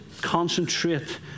concentrate